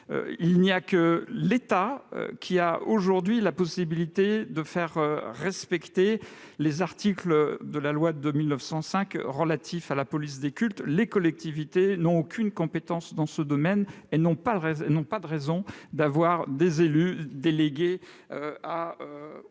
il n'y a que l'État qui a la possibilité de faire respecter les articles de la loi de 1905 relatifs à la police des cultes. Les collectivités n'ont aucune compétence dans ce domaine et n'ont aucune raison d'avoir des élus délégués aux